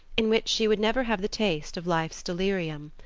in which she would never have the taste of life's delirium.